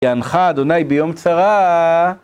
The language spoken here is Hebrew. יענך ה' ביום צרה